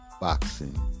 boxing